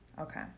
Okay